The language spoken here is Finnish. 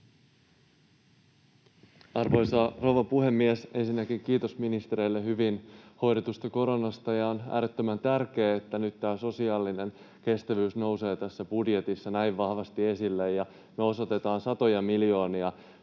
Arvoisa rouva puhemies! Ensinnäkin kiitos ministereille hyvin hoidetusta koronasta. On äärettömän tärkeää, että sosiaalinen kestävyys nousee nyt tässä budjetissa näin vahvasti esille ja me osoitetaan satoja miljoonia